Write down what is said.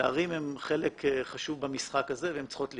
וערים הן חלק חשוב במשחק הזה והן צריכות להיות.